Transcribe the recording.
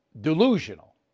delusional